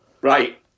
right